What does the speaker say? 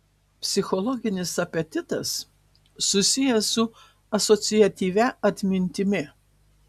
psichologinis apetitas susijęs su asociatyvia atmintimi